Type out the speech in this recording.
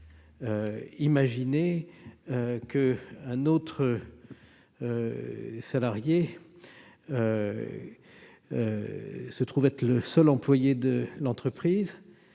Imaginez qu'un salarié se trouve être le seul employé de l'entreprise-